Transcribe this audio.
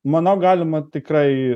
manau galima tikrai